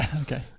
Okay